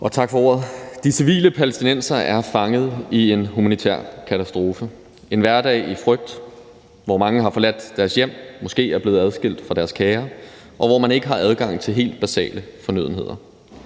og tak for ordet. De civile palæstinensere er fanget i en humanitær katastrofe med en hverdag i frygt, hvor mange har forladt deres hjem, måske er blevet adskilt fra deres kære, og hvor man ikke har adgang til helt basale fornødenheder,